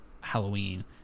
halloween